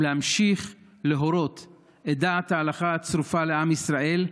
ולהמשיך להורות את דעת ההלכה הצרופה לעם ישראל,